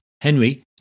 Henry